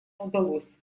удалось